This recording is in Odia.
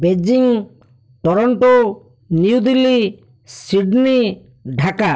Beijing Toronto New Delhi Sydney Dhaka